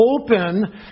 open